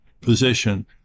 position